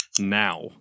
now